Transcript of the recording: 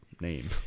name